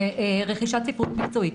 רכישת ספרות מקצועית,